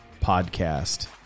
podcast